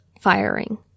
firing